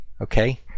Okay